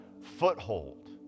foothold